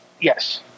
Yes